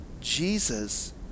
Jesus